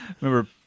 Remember